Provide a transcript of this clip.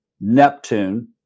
Neptune